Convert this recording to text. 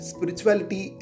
Spirituality